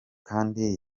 kandi